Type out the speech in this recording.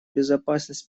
безопасность